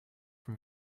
from